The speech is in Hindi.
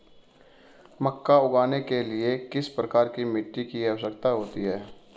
मक्का उगाने के लिए किस प्रकार की मिट्टी की आवश्यकता होती है?